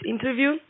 interview